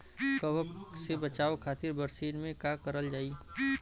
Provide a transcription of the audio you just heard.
कवक से बचावे खातिन बरसीन मे का करल जाई?